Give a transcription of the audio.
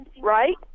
right